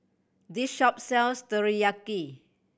this shop sells Teriyaki